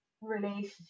relationship